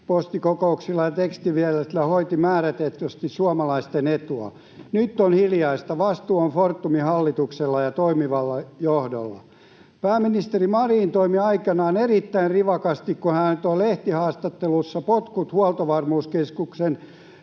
sähköpostikokouksilla ja tekstiviesteillä hoiti määrätietoisesti suomalaisten etua. Nyt on hiljaista. Vastuu on Fortumin hallituksella ja toimivalla johdolla. Pääministeri Marin toimi aikanaan erittäin rivakasti, kun hän antoi lehtihaastattelussa potkut Huoltovarmuuskeskuksen